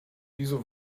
wieso